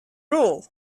rule